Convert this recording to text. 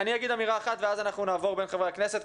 אני אומר אמירה אחת ואחר כך נעבור לחברי הכנסת.